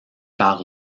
par